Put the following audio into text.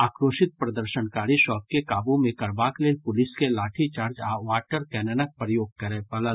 आक्रोशित प्रदर्शनकारी सभ के काबू मे करबाक लेल पुलिस के लाठीचार्ज आ वाटर कैननक प्रयोग करय पड़ल